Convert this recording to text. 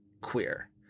queer